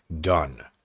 done